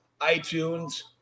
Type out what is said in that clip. iTunes